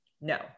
no